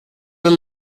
del